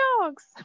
dogs